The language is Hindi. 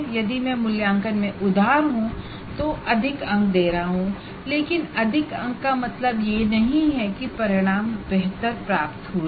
यदि मैं मूल्यांकन में उदार हूं तो मैं अधिक अंक दे रहा हूं लेकिन अधिक अंक का मतलब यह नहीं है कि बेहतर आउटकम प्राप्त हुए हैं